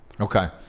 Okay